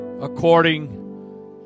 according